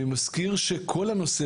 אני מזכיר שכל הנושא,